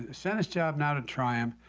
ah senate's job now to try and.